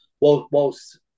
whilst